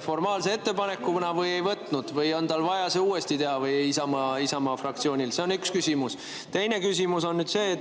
formaalse ettepanekuna või ei võtnud? On tal vaja see uuesti teha, või Isamaa fraktsioonil? See on üks küsimus. Teine küsimus on see,